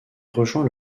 rejoint